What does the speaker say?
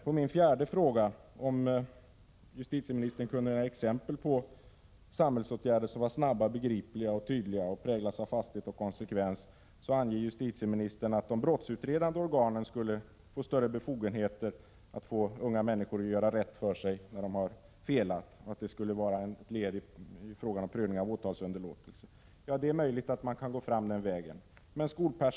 På min fjärde fråga — om justitieministern kunde ge några exempel på samhällsåtgärder som var snabba, begripliga och tydliga och präglades av fasthet och konsekvens — anger justitieministern att de brottsutredande organen skulle få större befogenheter att förmå unga människor att göra rätt för sig när de har felat. Detta skulle vara ett led vid prövningen av frågan om åtalsunderlåtelse. Ja, det är möjligt att man kan gå fram den vägen. Men skall skolpersonalen få ökade befogenheter när det gäller alla dem som begår brott när de är under 15 år?